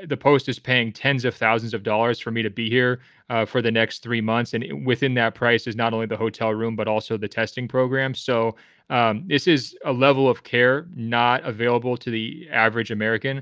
ah the post is paying tens of thousands of dollars for me to be here for the next three months. and within that price is not only the hotel room, but also the testing program. so um this is a level of care not available to the average american